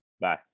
Bye